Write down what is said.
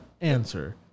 answer